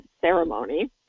ceremony